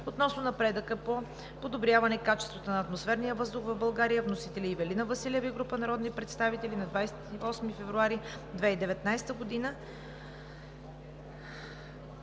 относно напредъка по подобряване качеството на атмосферния въздух в България. Вносители: Ивелина Василева и група народни представители на 28 февруари 2019 г.“